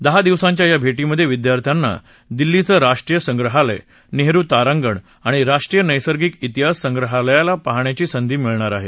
दहा दिवसांच्या या भेटीमधे विद्यार्थ्यांना दिल्लीचं राष्ट्रीय संग्रहालय नेहरु तारांगण आणि राष्ट्रीय नैसर्गिक तिहास संग्रहालयाला पाहाण्याची संधी मिळणार आहे